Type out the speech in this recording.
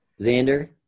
Xander